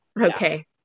Okay